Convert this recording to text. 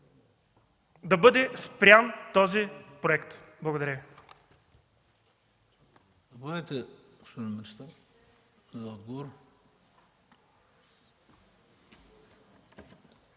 да бъде спрян този проект? Благодаря.